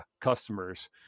customers